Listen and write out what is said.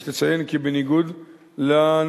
יש לציין כי בניגוד לנאמר,